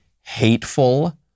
hateful